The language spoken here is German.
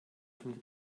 von